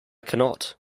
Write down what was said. cannot